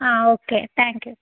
ಹಾಂ okay thank you